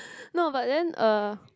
no but then uh